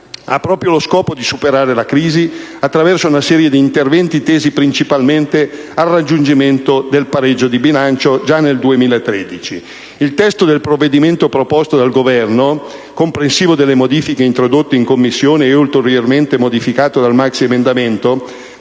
ha proprio lo scopo di superare la crisi, attraverso una serie di interventi tesi principalmente al raggiungimento del pareggio di bilancio già nel 2013. Il testo del provvedimento proposto dal Governo, comprensivo delle modifiche introdotte in Commissione e ulteriormente modificato dal maxiemendamento,